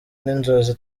n’inzozi